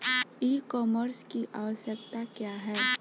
ई कॉमर्स की आवशयक्ता क्या है?